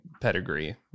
pedigree